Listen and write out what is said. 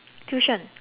tuition